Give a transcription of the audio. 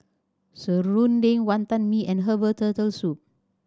serunding Wantan Mee and herbal Turtle Soup